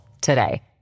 today